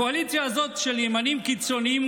הקואליציה הזאת של ימנים קיצוניים,